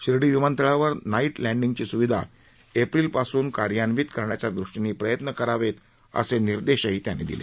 Shirdi night नाईट लँडींगची सुविधा एप्रिलपासुन कार्यान्वित करण्याच्या दृष्टीनं प्रयत्न करावेत असे निर्देशही त्यांनी दिले